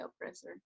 oppressor